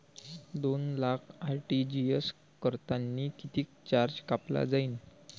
दोन लाख आर.टी.जी.एस करतांनी कितीक चार्ज कापला जाईन?